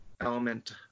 element